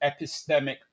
epistemic